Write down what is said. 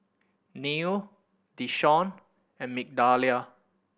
Neal Deshawn and Migdalia